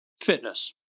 fitness